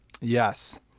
Yes